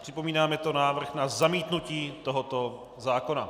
Připomínám, je to návrh na zamítnutí tohoto zákona.